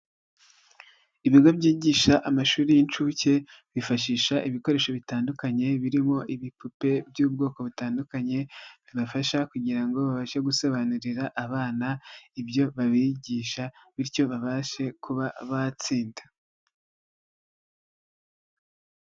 Ibigo byigisha amashuri y'inshuke bifashisha ibikoresho bitandukanye birimo ibipupe by'ubwoko butandukanye bibafasha kugira ngo babashe gusobanurira abana ibyo babigisha, bityo babashe kuba batsinda.